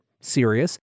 serious